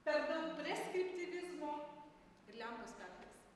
per daug preskriptyvizmo ir lempos perdegs